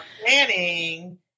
planning